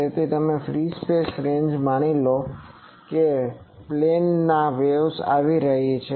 તેથી free space રેન્જમાં તમે માની લો છો કે પ્લેન વેવ્સ આવી રહી છે